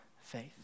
faith